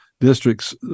districts